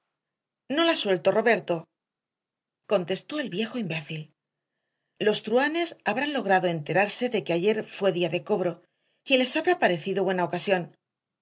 no la suelto roberto contestó el viejo imbécil los truhanes habrán logrado enterarse de que ayer fue día de cobro y les habrá parecido buena ocasión